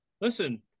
listen